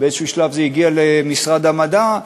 באיזה שלב זה הגיע למשרד המדע,